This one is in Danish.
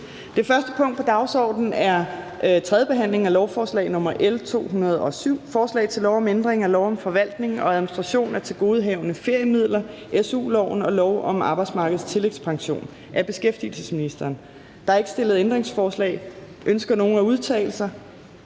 Det første punkt på dagsordenen er: 1) 3. behandling af lovforslag nr. L 207: Forslag til lov om ændring af lov om forvaltning og administration af tilgodehavende feriemidler, SU-loven og lov om Arbejdsmarkedets Tillægspension. (Førtidig udbetaling af feriemidler og udvidelse